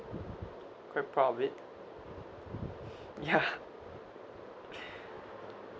quite proud of it ya